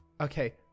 okay